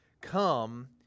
Come